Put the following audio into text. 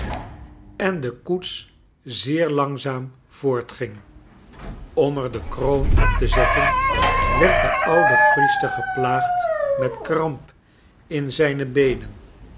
en de koets zeer langzaam voortging om er de kroon op te zetten werd de oude priester geplaagd met kramp in zijne beenen